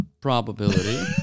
probability